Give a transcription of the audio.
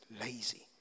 lazy